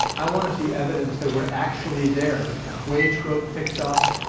i want to see evidence that we're actually there wage growth picks up,